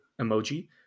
emoji